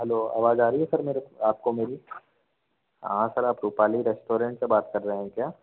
hello आवाज़ आ रही है सर मेर आपको मेरी हाँ सर आप रूपाली रेस्टोरेंट से बात कर रहें हैं क्या